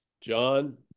John